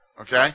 Okay